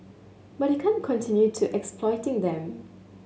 but you can't continue to exploiting them